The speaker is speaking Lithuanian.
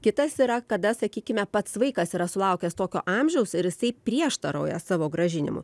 kitas yra kada sakykime pats vaikas yra sulaukęs tokio amžiaus ir jisai prieštarauja savo grąžinimu